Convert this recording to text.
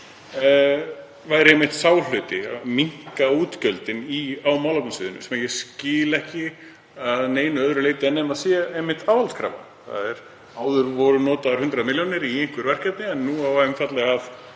væru einmitt sá hluti, að minnka útgjöldin á málefnasviðinu, sem ég skil ekki að neinu öðru leyti nema það sé einmitt aðhaldskrafa. Áður voru notaðar 100 milljónir í einhver verkefni en nú á einfaldlega að